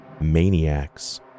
maniacs